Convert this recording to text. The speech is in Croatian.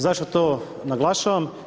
Zašto to naglašavam?